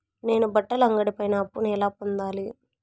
నేను బట్టల అంగడి పైన అప్పును ఎలా పొందాలి?